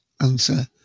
answer